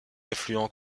affluents